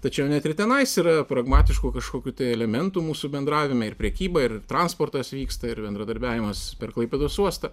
tačiau net ir tenais yra pragmatiškų kažkokių tai elementų mūsų bendravime ir prekyba ir transportas vyksta ir bendradarbiavimas per klaipėdos uostą